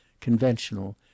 conventional